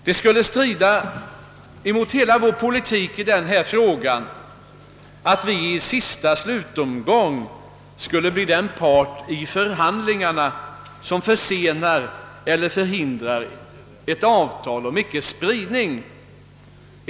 Det skulle strida mot hela vår politik i denna fråga, om vi i slutomgången skulle bli den part i förhandlingarna som försenar eller förhindrar ett avtal om icke-spridning.